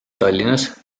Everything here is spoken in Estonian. tallinnas